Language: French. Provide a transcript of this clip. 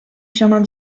firmin